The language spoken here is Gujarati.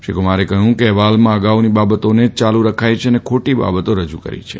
શ્રી કુમારે કહ્યું કે અહેવાલમાં અગાઉની બાબતોને જ ચાલુ રખાઇ છે અને ખોટી બાબતો રજૂ કરી છે